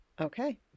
Okay